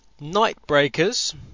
Nightbreakers